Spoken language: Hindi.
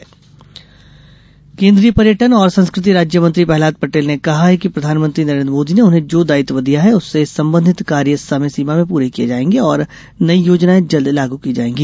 पटेल पीसी केन्द्रीय पर्यटन और संस्कृति राज्य मंत्री प्रहलाद पटेल ने कहा कि प्रधानमंत्री नरेन्द्र मोदी ने उन्हें जो दायित्व दिया है उससे संबंधित कार्य समय सीमा में पूरे किये जाएंगे और नई योजनाए जल्द लागू की जाएगी